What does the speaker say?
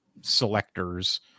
selectors